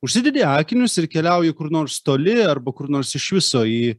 užsidedi akinius ir keliauji kur nors toli arba kur nors iš viso į